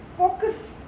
Focus